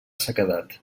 sequedat